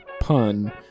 pun